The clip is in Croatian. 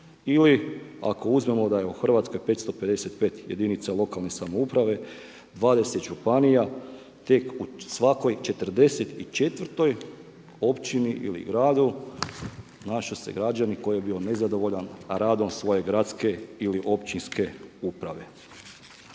ili ako uzmemo da je u Hrvatskoj 555 jedinica lokalne samouprave, 20 županija te u svakoj 44 općini ili gradu našao se građanin koji je bio nezadovoljan radom svoje gradske ili općinske uprave.